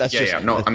ah yeah yeah, no,